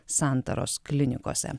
santaros klinikose